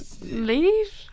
leave